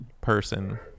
person